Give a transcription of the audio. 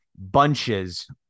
bunches